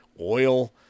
oil